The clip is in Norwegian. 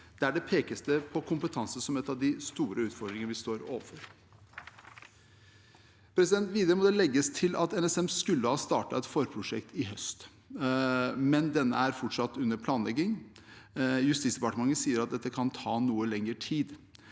Der pekes det på kompetanse som en av de store utfordringene vi står overfor. Videre må det legges til at NSM skulle ha startet et forprosjekt i høst, men dette er fortsatt under planlegging. Justisdepartementet sier at dette kan ta noe lengre tid,